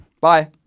bye